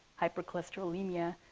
hypercholesterolemia,